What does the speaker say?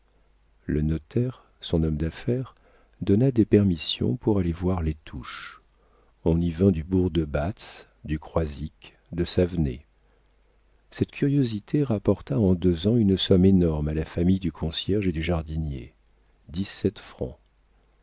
le notaire son homme d'affaires donna des permissions pour aller voir les touches on y vint du bourg de batz du croisic de savenay cette curiosité rapporta en deux ans une somme énorme à la famille du concierge et du jardinier